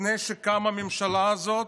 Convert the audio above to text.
לפני שקמה הממשלה הזאת,